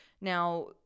now